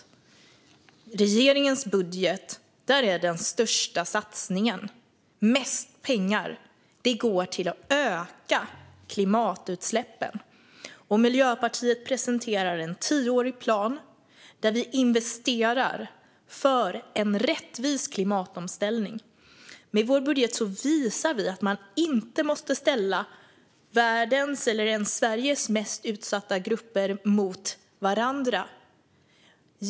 I regeringens budget går mest pengar till att öka klimatutsläppen - det är den största satsningen. Miljöpartiet presenterar en tioårig plan där vi investerar för en rättvis klimatomställning. Med vår budget visar vi att man inte måste ställa världens eller ens Sveriges mest utsatta grupper mot varandra.